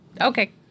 okay